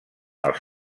els